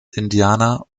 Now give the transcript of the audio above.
indianer